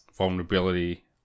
vulnerability